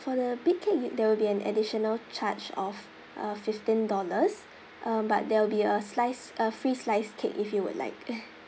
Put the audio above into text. for the big cake you there will be an additional charge of uh fifteen dollars uh but there will be a sliced a free sliced cake if you would like